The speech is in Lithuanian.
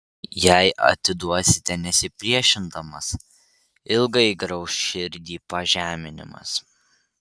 jei atiduosite nesipriešindamas ilgai grauš širdį pažeminimas